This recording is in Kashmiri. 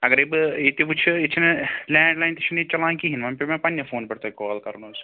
اگرٔے بہٕ ییٚتہِ وُچھہٕ ییٚتہِ چھَنہٕ لینٛڈ لایِن تہِ چھُنہٕ ییٚتہِ چَلان کِہیٖنۍ وۄنۍ پیٛو مےٚ پننہِ فونہٕ پٮ۪ٹھ تۄہہِ کال کَرُن حظ